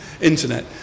internet